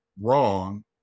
wrong